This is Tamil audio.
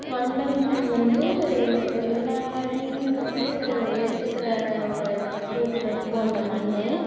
வண்டர் மண் வந்து எல்லா இதையுமே வந்து ஏற்றுக்கிற ஒரு பக்குவத்தில் இருக்கும் அந்த மண்ணு